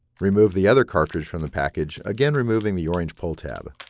remove the other cartridge from the package, again removing the orange pull tab.